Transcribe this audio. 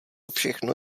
všechno